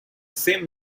same